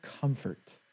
comfort